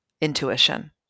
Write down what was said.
intuition